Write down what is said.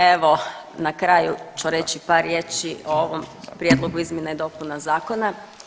Evo na kraju ću reći par riječi o ovom prijedlogu izmjena i dopuna zakona.